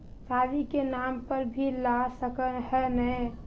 शादी के नाम पर भी ला सके है नय?